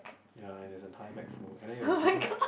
ya and it's an entire bag full and then it was given